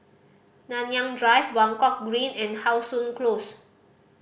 Nanyang Drive Buangkok Green and How Sun Close